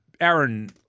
Aaron